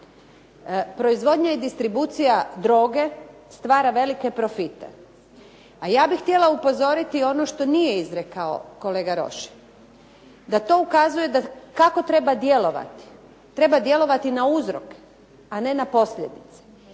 Proizvodnja i distribucija droge stvara velike profite. A ja bih htjela upozoriti ono što nije izrekao kolega Rošin, da to ukazuje kako treba djelovati. Treba djelovati na uzroke a ne na posljedice.